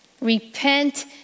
Repent